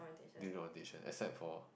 during the orientation except for